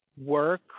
work